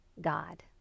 God